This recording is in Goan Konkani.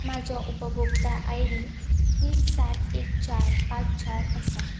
म्हाजो उपभोक्ता आय डी तीन सात एक चार पांच चार आसा